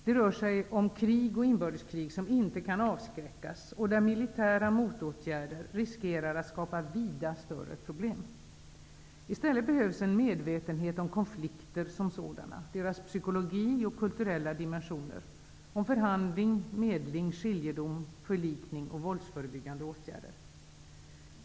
Det rör sig om krig och inbördeskrig som inte kan avskräckas och där militära motåtgärder riskerar att skapa vida större problem. I stället behövs en medvetenhet om konflikter som sådana, deras psykologi och kulturella dimensioner, om förhandling, medling, skiljedom, förlikning och våldsförebyggande åtgärder.